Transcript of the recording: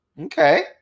Okay